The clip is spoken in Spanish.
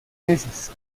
meses